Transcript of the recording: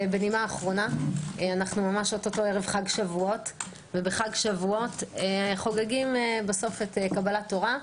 אנו אוטוטו ערב חג שבועות ובחג שבועות חוגגים קבלת תורה.